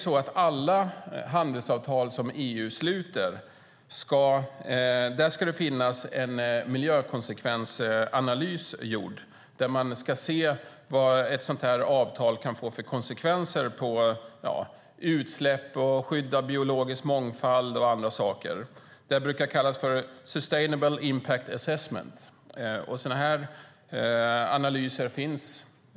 I alla handelsavtal som EU sluter ska det ha gjorts en miljökonsekvensanalys där man ska se vad ett sådant avtal kan få för konsekvenser på utsläpp, skydd av biologisk mångfald och andra saker. Den brukar kallas för sustainable impact assessment.